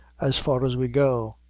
as far as we go.